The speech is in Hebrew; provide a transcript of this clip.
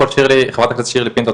חברת הכנסת שירלי פינטו,